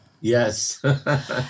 Yes